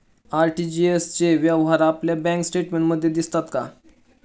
RTGS चे व्यवहार आपल्या बँक स्टेटमेंटमध्ये दिसतात का?